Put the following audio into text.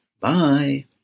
Bye